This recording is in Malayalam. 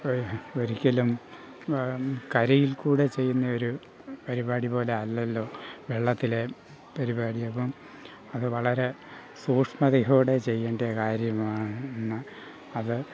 ഒരു ഒരിക്കലും കരയിൽ കൂടെ ചെയ്യുന്ന ഒരു പരിപാടി പോലെ അല്ലാലോ വെള്ളത്തിലെ പരിപാടി അപ്പം അത് വളരെ സൂക്ഷ്മതയോടെ ചെയ്യേണ്ട കാര്യമാണ് എന്ന് അത്